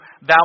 Thou